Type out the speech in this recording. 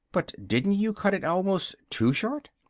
but didn't you cut it almost too short?